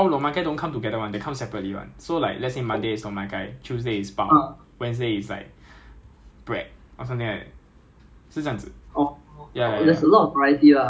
是是这样讲 lah but 那个 variety is like all the same lah so it's actually not a lot is just like they try to toggle it differently so like you get a taste of different things